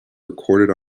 recorded